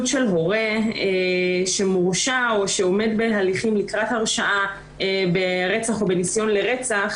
של הורה שהורשע או שעומד בהליכים לקראת הרשעה ברצח או בניסיון לרצח